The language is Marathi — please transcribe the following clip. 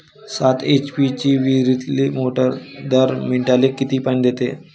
सात एच.पी ची विहिरीतली मोटार दर मिनटाले किती पानी देते?